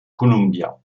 columbia